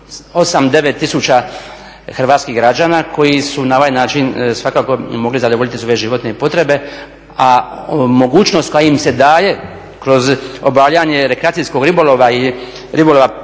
8, 9 tisuća Hrvatskih građana koji su na ovaj način svakako mogli zadovoljiti svoje životne potrebe, a mogućnost koja im se daje kroz obavljanje rekreacijskog ribolova i ribolova